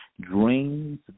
Dreams